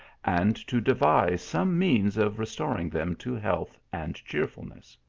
and to devise some means of restor ing them to health and cheerfulness.